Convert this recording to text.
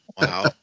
Wow